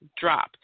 drop